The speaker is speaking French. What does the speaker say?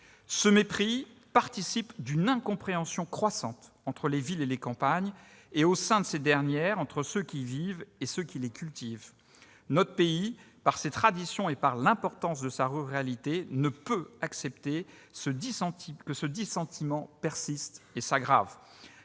Ce mépris participe d'une incompréhension croissante entre les villes et les campagnes et, au sein de ces dernières, entre ceux qui y vivent et ceux qui les cultivent. Notre pays, par ses traditions et par l'importance de sa ruralité, ne peut accepter que ce dissentiment persiste et s'aggrave.